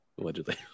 Allegedly